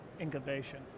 incubation